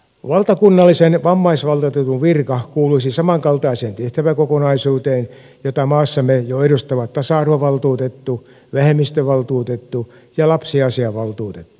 valtakunnallisen vammaisvaltuutetun virka kuuluisi samankaltaiseen tehtäväkokonaisuuteen jota maassamme jo edustavat tasa arvovaltuutettu vähemmistövaltuutettu ja lapsiasiavaltuutettu